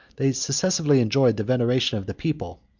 they successively enjoyed the veneration of the people,